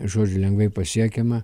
žodžiu lengvai pasiekiama